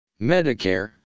Medicare